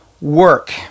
work